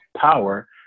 power